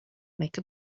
make